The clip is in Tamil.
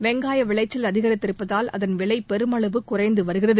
வெங்காய விளைச்சல் அதிகரித்திருப்பதால் அதன் விலை பெருமளவு குறைந்து வருகிறது